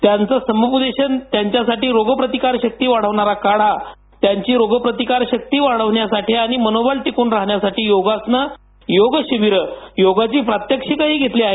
त्यांचं समुपदेशन त्यांच्यासाठी रोगप्रतिकारशक्तीन वाढवणारा काढा त्यांची रोगप्रतिकारक शक्ती वाढवण्यासाठी मनोबल टिकून राहण्यासाठी योगासन योग शिबिर योगाची प्रात्यक्षिकही घेतली आहेत